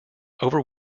over